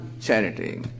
Charity